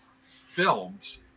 films